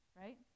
right